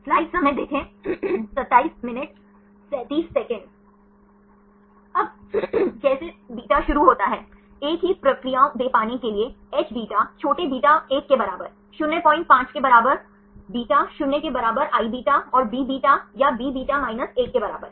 अब कैसे beta शुरू होता है एक ही प्रक्रियाओं दे पाने के लिए ले Hβ छोटे beta 1 के बराबर 05 के बराबर Iβ 0 के बराबर iβ और Bβ या Bβ 1 के बराबर